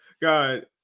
God